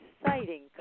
exciting